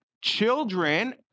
children